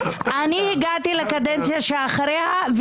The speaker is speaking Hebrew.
אני הגעתי לקדנציה שאחריה,